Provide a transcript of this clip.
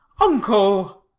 uncle!